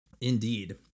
Indeed